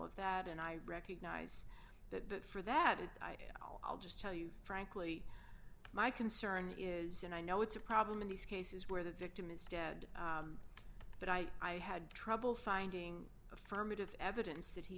of that and i recognize that for that it's i i'll just tell you frankly my concern is and i know it's a problem in these cases where the victim is dead but i i had trouble finding affirmative evidence that he